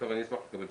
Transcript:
אני אשמח לקבל תשובה.